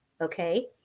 Okay